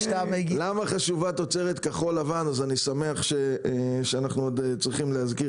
שאל למה חשוב תוצרת כחול לבן אז אני שמח שאנחנו מעוררים את זה.